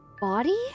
body